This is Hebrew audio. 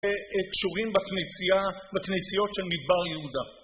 וקשורים בכנסיה.. בכנסיות של מדבר יהודה.